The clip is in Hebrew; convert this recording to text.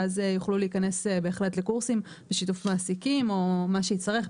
ואז יוכלו להיכנס בהחלט לקורסים בשיתוף מעסיקים או מה שהצטרך,